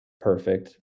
perfect